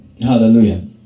Hallelujah